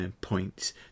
points